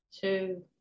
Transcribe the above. two